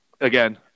again